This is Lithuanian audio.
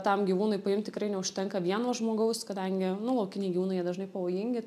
tam gyvūnui paimt tikrai neužtenka vieno žmogaus kadangi nu laukiniai gyvūnai jie dažnai pavojingi